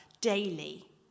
daily